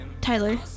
Tyler